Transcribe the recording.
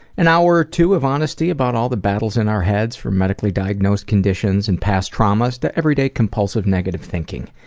an hour or two of honesty about all the battles in our heads, from medically-diagnosed conditions and past traumas to everyday compulsive negative thinking.